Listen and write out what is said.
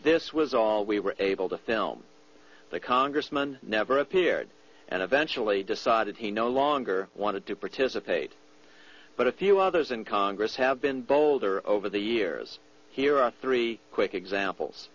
this was all we were able to film the congressman never appeared and eventually decided he no longer wanted to participate but a few others in congress have been bolder over the years here are three quick examples